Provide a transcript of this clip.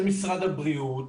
של משרד הבריאות,